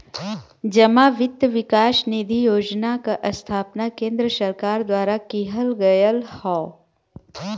जमा वित्त विकास निधि योजना क स्थापना केन्द्र सरकार द्वारा किहल गयल हौ